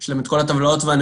יש להם את כל הטבלאות והנתונים.